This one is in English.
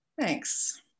Thanks